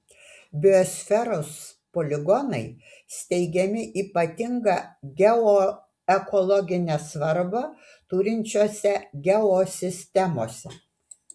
biosferos poligonai steigiami ypatingą geoekologinę svarbą turinčiose geosistemose